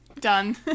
Done